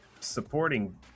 supporting